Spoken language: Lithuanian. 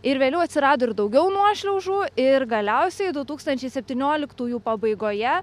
ir vėliau atsirado ir daugiau nuošliaužų ir galiausiai du tūkstančiai septynioliktųjų pabaigoje